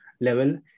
level